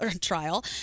trial